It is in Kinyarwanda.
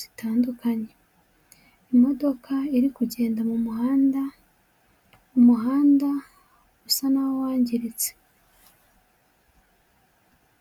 zitandukanye. Imodoka iri kugenda mu muhanda, umuhanda usa n'aho wangiritse.